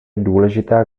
důležitá